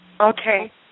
Okay